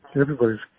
Everybody's